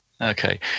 Okay